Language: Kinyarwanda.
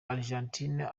argentina